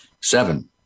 Seven